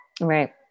Right